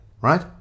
right